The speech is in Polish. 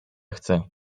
chcę